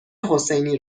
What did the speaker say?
حسینی